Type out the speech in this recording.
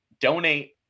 donate